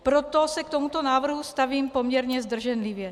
Proto se k tomuto návrhu stavím poměrně zdrženlivě.